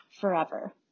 forever